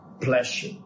pleasure